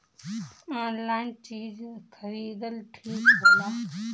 Online चीज खरीदल ठिक होला?